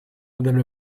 madame